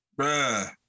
Bruh